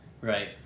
Right